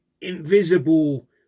invisible